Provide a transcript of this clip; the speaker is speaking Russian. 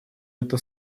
это